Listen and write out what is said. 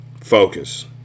Focus